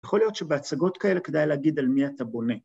יכול להיות שבהצגות כאלה כדאי להגיד על מי אתה בונה.